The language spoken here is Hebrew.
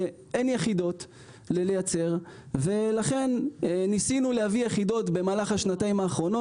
אין יחידות לייצר ולכן ניסינו להביא יחידות במהלך השנתיים האחרונות.